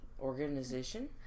organization